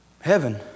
heaven